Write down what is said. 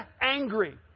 angry